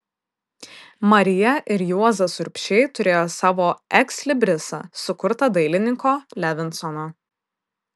marija ir juozas urbšiai turėjo savo ekslibrisą sukurtą dailininko levinsono